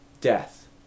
death